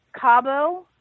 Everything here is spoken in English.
Cabo